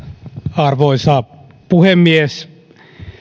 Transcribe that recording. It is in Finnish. arvoisa puhemies